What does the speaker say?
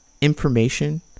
information